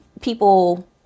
people